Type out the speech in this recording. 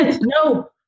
No